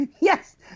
yes